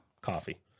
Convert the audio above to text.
Coffee